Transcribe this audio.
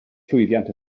llwyddiant